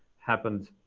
happened